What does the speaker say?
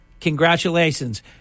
congratulations